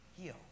Heal